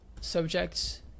subjects